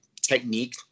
technique